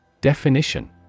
Definition